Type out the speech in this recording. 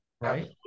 right